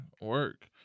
Work